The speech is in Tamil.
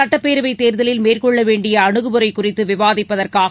சட்டப்பேரவை தேர்தலில் மேற்கொள்ள வேண்டிய அனுகுமுறை குறித்து விவாதிப்பதற்காக